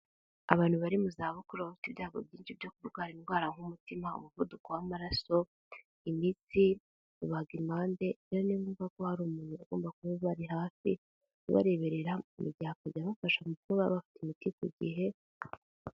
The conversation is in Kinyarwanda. Abantu bari mu za bukuru baba bafite ibyago byinshi byo kurwara indwara nk'umutima, umuvuduko w'amaraso, imitsi, rubagimpande, iyo numva ko hari umuntu ugomba kuba ubari hafi, ubareberera, mu gihe akajya abafasha mu kuba bafata imiti ku gihe.